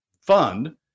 fund